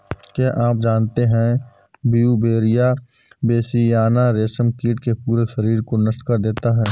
क्या आप जानते है ब्यूवेरिया बेसियाना, रेशम कीट के पूरे शरीर को नष्ट कर देता है